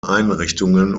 einrichtungen